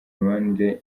mibanire